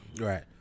Right